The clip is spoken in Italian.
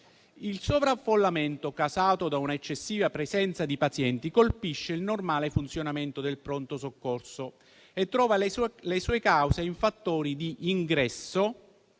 Il sovraffollamento, causato da un'eccessiva presenza di pazienti, colpisce il normale funzionamento del pronto soccorso e trova le sue cause in fattori di ingresso,